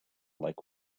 like